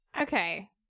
Okay